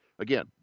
Again